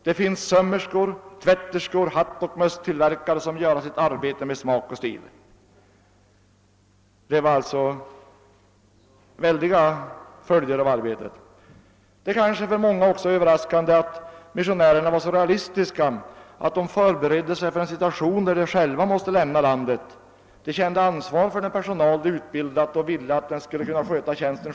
Det finns sömmerskor, tvätterskor, hattoch mösstillverkare, som göra sitt arbete med smak och stil.> Missionärernas arbete fick väldiga följder. Det är kanske också för många överraskande att missionärerna var så realistiska, att de förberedde sig för den situation i vilken de själva måste lämna landet. De kände ansvar för den personal de hade utbildat och ville, att denna själv skulle kunna överta deras arbete.